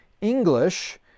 English